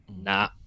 nah